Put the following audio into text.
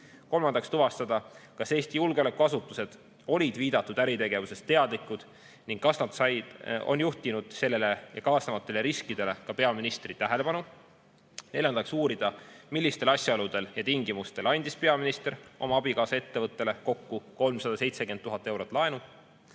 kolmandaks tuvastada, kas Eesti julgeolekuasutused olid viidatud äritegevusest teadlikud ning kas nad on juhtinud sellele ja kaasnevatele riskidele ka peaministri tähelepanu; neljandaks uurida, millistel asjaoludel ja tingimustel andis peaminister oma abikaasa ettevõttele kokku 370 000 eurot laenu;